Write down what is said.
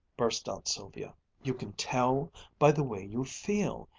burst out sylvia. you can tell by the way you feel,